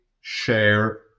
share